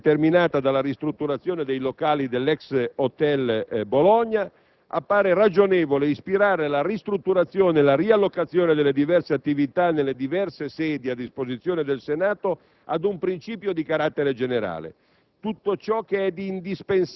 dalla situazione di emergenza determinata dalla ristrutturazione dei locali dell'ex Hotel Bologna, appare ragionevole ispirare la riallocazione delle diverse attività nelle diverse sedi a un principio di carattere generale: